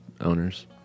owners